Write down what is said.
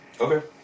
Okay